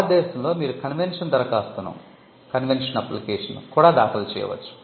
భారతదేశంలో మీరు కన్వెన్షన్ దరఖాస్తును కూడా దాఖలు చేయవచ్చు